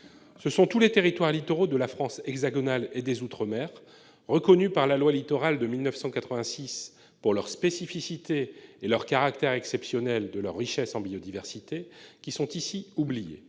Ce sont tous les territoires littoraux de la France hexagonale et des outre-mer, reconnus par la loi Littoral de 1986 pour leur spécificité et le caractère exceptionnel de leur richesse en biodiversité, qui sont ici oubliés.